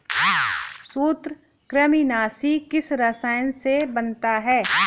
सूत्रकृमिनाशी किस रसायन से बनता है?